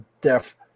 deaf